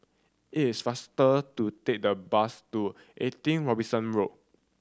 it is faster to take the bus to Eighty Robinson Road